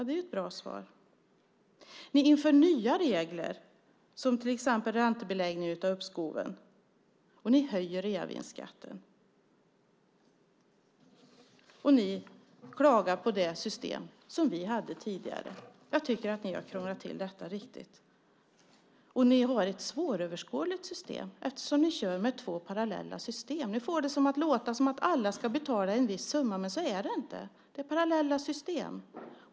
Det är ju ett bra svar. Ni inför nya regler, till exempel räntebeläggning av uppskoven, och ni höjer reavinstskatten. Och ni klagar på det system som vi hade tidigare. Jag tycker att ni har krånglat till detta ordentligt. Ni har ett svåröverskådligt system eftersom ni kör med två parallella system. Ni får det att låta som att alla ska betala en viss summa. Men så är det inte. Det är parallella system.